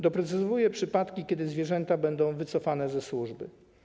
Doprecyzowuje przypadki, kiedy zwierzęta będą wycofane ze służby.